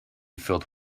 filled